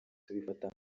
tubifata